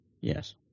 Yes